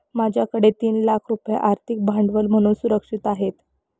माझ्याकडे तीन लाख रुपये आर्थिक भांडवल म्हणून सुरक्षित आहेत